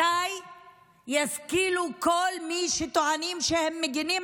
מתי ישכילו להבין כל מי שטוענים שהם מגינים